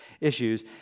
issues